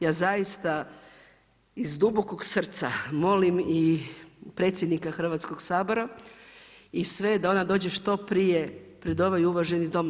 Ja zaista iz dubokog srca molim i predsjednika Hrvatskog sabora i sve da ona dođe što prije pred ovaj uvaženi Dom.